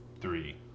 Three